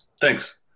Thanks